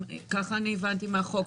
כך הבנתי מהחוק.